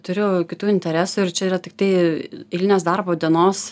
turiu kitų interesų ir čia yra tiktai eilinės darbo dienos